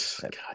God